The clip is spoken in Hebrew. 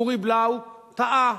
אורי בלאו טעה.